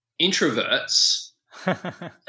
introverts